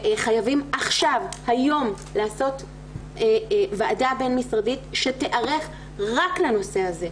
חייבים עכשיו והיום לעשות ועדה בין משרדית שתיערך רק לנושא הזה,